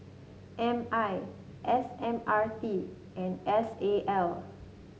M I S M R T and S A L